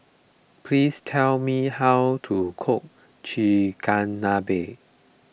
please tell me how to cook Chigenabe